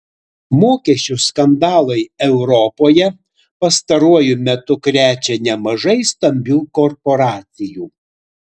mokesčių skandalai europoje pastaruoju metu krečia nemažai stambių korporacijų